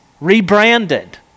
rebranded